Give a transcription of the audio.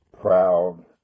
proud